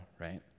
right